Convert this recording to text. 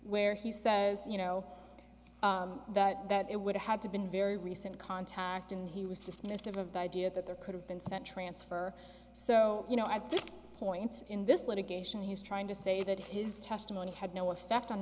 where he says you know that that it would have had to been very recent contact and he was dismissive of the idea that there could have been sent transfer so you know at this point in this litigation he's trying to say that his testimony had no effect on